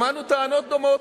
שמענו טענות דומות,